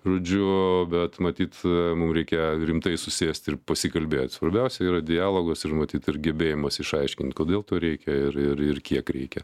žodžiu bet matyt mum reikia rimtai susėst ir pasikalbėt svarbiausia yra dialogas ir matyt ir gebėjimas išaiškint kodėl to reikia ir ir ir kiek reikia